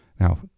Now